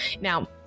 Now